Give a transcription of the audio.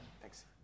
Thanks